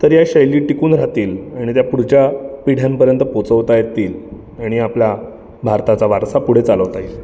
तर या शैली टिकून राहतील आणि त्या पुढच्या पिढ्यांपर्यंत पोचवता येतील आणि आपला भारताचा वारसा पुढे चालवता येईल